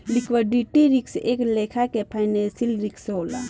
liquidity risk एक लेखा के फाइनेंशियल रिस्क होला